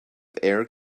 air